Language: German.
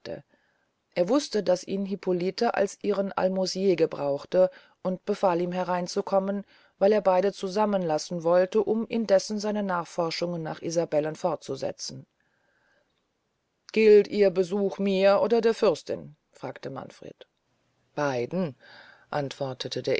er wuste daß ihn hippolite als ihren almosenier gebrauchte und befahl ihm hereinzukommen weil er beyde zusammen lassen wollte um indessen seine nachforschungen nach isabellen fortzusetzen gilt ihr besuch mir oder der fürstin fragte manfred beiden antwortete der